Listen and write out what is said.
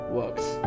works